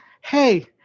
hey